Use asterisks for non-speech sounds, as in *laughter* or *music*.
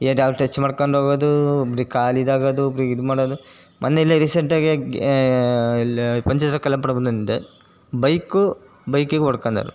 *unintelligible* touch ಮಾಡ್ಕಂಡ್ ಹೋಗೋದೂ ಒಬ್ರಿಗೆ ಕಾಲು ಇದಾಗೋದು ಒಬ್ರಿಗೆ ಇದು ಮಾಡೋದು ಮೊನ್ನೆ ಇಲ್ಲೇ ರೀಸೆಂಟಾಗೇ *unintelligible* ಬೈಕು ಬೈಕಿಗೆ ಹೊಡ್ಕಂಡರು